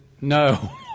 No